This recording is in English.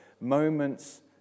Moments